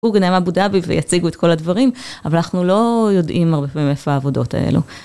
עם אבו דאבי ויציגו את כל הדברים, אבל אנחנו לא יודעים הרבה פעמים איפה העבודות האלו.